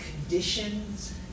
conditions